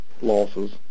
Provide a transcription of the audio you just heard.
losses